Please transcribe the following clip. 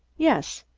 yes.